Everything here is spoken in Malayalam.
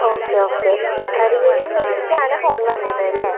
ഓക്കെ ഓക്കെ അതിലൊരു റേറ്റാണ് ഫോൺ വരണതല്ലേ